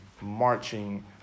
marching